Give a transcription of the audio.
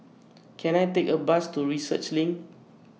Can I Take A Bus to Research LINK